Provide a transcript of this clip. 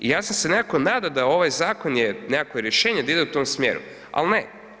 I ja sam se nekako nadao da ovaj zakon je nekakvo rješenje, da ide u tom smjeru, ali ne.